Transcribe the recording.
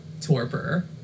torpor